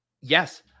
Yes